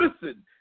Listen